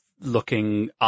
looking